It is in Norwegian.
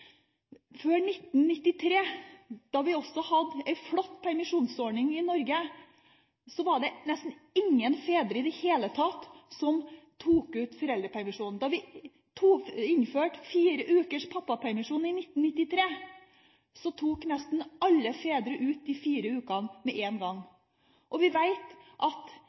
Før 1993, da vi også hadde en flott permisjonsordning i Norge, var det nesten ingen fedre i det hele tatt som tok ut foreldrepermisjon. Da vi innførte fire uker pappapermisjon i 1993, tok nesten alle fedre ut de fire ukene med en gang. Vi vet at